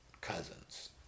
cousins